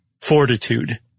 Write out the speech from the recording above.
fortitude